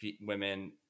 women